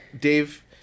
Dave